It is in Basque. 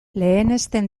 lehenesten